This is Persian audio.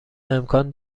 امکان